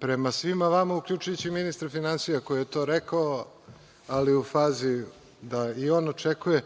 prema svima vama, uključujući i ministra finansija koji je to rekao, ali u fazi da i on očekuje,